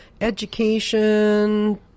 education